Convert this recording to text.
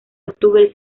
octubre